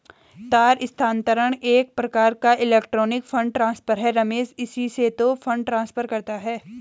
तार स्थानांतरण एक प्रकार का इलेक्ट्रोनिक फण्ड ट्रांसफर है रमेश इसी से तो फंड ट्रांसफर करता है